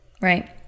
right